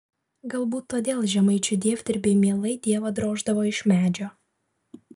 galbūt todėl žemaičių dievdirbiai mielai dievą droždavo iš medžio